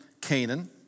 Canaan